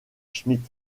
schmitt